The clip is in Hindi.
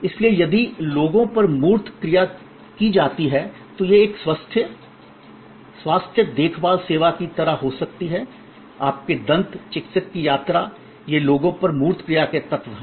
इसलिए यदि लोगों पर मूर्त क्रिया की जाती हैं तो यह एक स्वास्थ्य देखभाल सेवा की तरह हो सकती है आपके दंत चिकित्सक की यात्रा ये लोगों पर मूर्त क्रिया के तत्व हैं